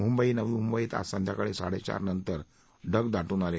मुंबई नवी मुंबईत आज संध्याकाळी साडेचार नंतर ढग दाटून आले